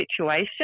situation